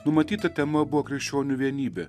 numatyta tema buvo krikščionių vienybė